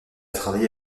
travaillé